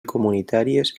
comunitàries